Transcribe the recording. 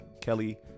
Kelly